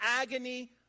agony